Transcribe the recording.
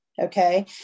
okay